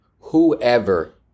whoever